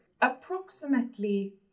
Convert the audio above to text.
approximately